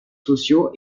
sociaux